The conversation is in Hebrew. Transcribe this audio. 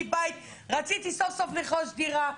מבית רציתי סוף-סוף לרכוש דירה.